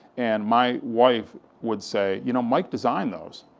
and my wife, would say, you know, mike designed those.